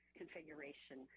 configuration